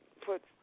put